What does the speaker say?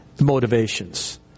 motivations